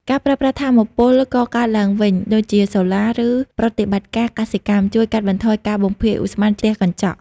ការប្រើប្រាស់ថាមពលកកើតឡើងវិញដូចជាសូឡា ក្នុងប្រតិបត្តិការកសិកម្ម ជួយកាត់បន្ថយការបំភាយឧស្ម័នផ្ទះកញ្ចក់។